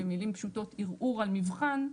במילים פשוטות ערעור על מבחן.